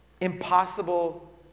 impossible